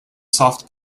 soft